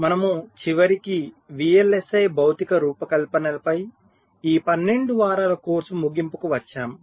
మనము చివరికి VLSI భౌతిక రూపకల్పనపై ఈ 12 వారాల కోర్సు ముగింపుకు వచ్చాము